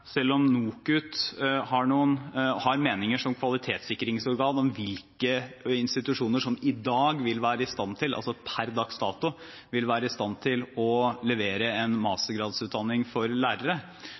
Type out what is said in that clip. selv om NOKUT har meninger som kvalitetssikringsorganer om hvilke institusjoner som i dag – altså per dags dato – vil være i stand til å levere en